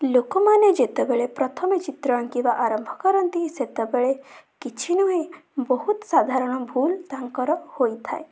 ଲୋକମାନେ ଯେତେବେଳେ ପ୍ରଥମେ ଚିତ୍ର ଆଙ୍କିବା ଆରମ୍ଭ କରନ୍ତି ସେତେବେଳେ କିଛି ନୁହେଁ ବହୁତ ସାଧାରଣ ଭୁଲ ତାଙ୍କର ହୋଇଥାଏ